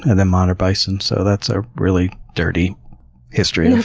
and modern bison. so that's a really dirty history and